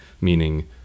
meaning